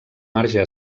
marge